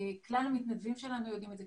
כלל המתנדבים שלנו יודעים את זה,